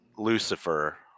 Lucifer